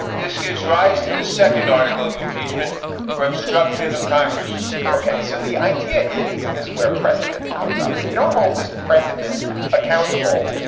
this gives rise to the second article of impeachment for obstruction of congress ok. so the idea is and this is where precedent comes up, if you don't hold this president accountable.